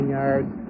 yards